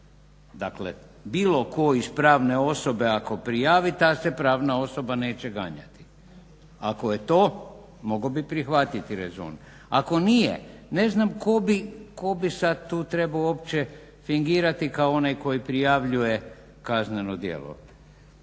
Dakle bilo tko iz pravne osobe ako prijavi ta se pravna osoba neće ganjati? Ako je to mogao bi prihvatiti rezon, ako nije ne znam tko bi tu sada trebao uopće fingirati kao onaj koji prijavljuje kazneno djelo?